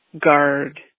guard